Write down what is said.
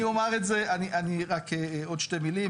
עוד שתי מילים.